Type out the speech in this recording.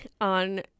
on